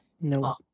No